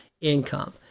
income